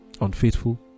unfaithful